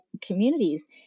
communities